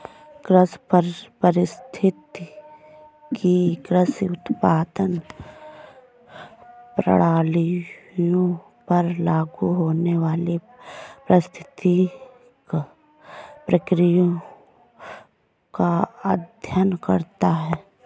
कृषि पारिस्थितिकी कृषि उत्पादन प्रणालियों पर लागू होने वाली पारिस्थितिक प्रक्रियाओं का अध्ययन करता है